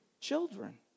children